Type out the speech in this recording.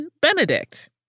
Benedict